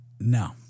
No